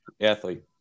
athlete